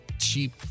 cheap